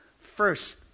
first